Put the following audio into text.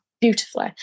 beautifully